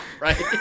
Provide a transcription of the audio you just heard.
Right